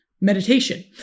meditation